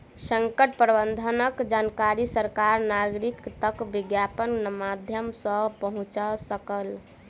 संकट प्रबंधनक जानकारी सरकार नागरिक तक विज्ञापनक माध्यम सॅ पहुंचा सकल